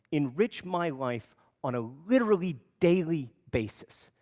enriched my life on a literally daily basis.